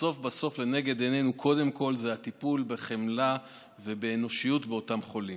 בסוף בסוף לנגד עינינו קודם כול הטיפול בחמלה ובאנושיות באותם חולים.